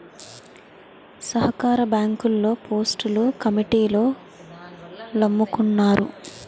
సహకార బ్యాంకుల్లో పోస్టులు కమిటీలోల్లమ్ముకున్నారు